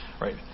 right